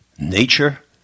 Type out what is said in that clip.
nature